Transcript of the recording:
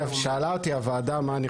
שאלה אותי הוועדה מה אני חושב.